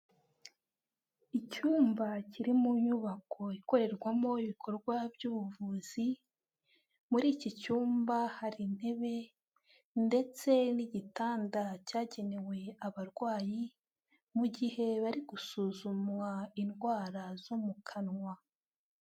Icyumba kiri mu nyubako ikorerwamo ibikorwa by'ubuvuzi, muri iki cyumba hari intebe ndetse n'igitanda cyagenewe abarwayi mu gihe bari gusuzumwa indwara zo mu kanwa.